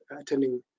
attending